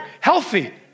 healthy